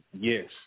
Yes